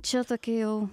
čia tokia jau